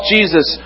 Jesus